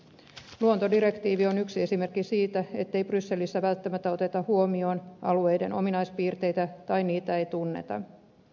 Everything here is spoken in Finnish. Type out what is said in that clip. luontodirektiivi on yksi esimerkki siitä ettei brysselissä välttämättä oteta huomioon alueiden ominaispiirteitä tai niitä ei tunneta